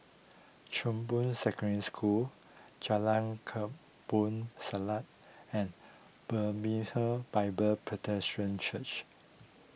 Chong Boon Secondary School Jalan Kampong Siglap and Bethlehem Bible Presbyterian Church